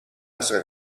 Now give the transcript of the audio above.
essere